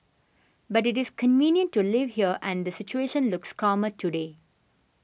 but it is convenient to live here and the situation looks calmer today